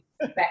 back